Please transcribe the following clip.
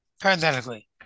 parenthetically